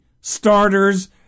starters